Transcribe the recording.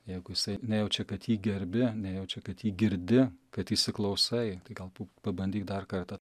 jeigu jisai nejaučia kad jį gerbi nejaučia kad jį girdi kad įsiklausai tai galbū pabandyk dar kartą